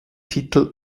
titel